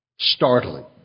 Startling